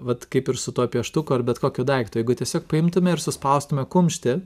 vat kaip ir su tuo pieštuku ar bet kokiu daiktu jeigu tiesiog paimtume ir suspaustame kumštį